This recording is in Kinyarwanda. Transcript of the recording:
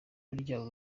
burya